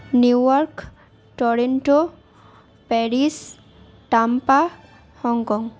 New York Toronto Paris Tampa Hong Kong